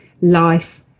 life